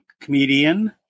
comedian